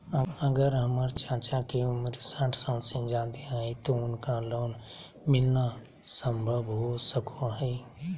अगर हमर चाचा के उम्र साठ साल से जादे हइ तो उनका लोन मिलना संभव हो सको हइ?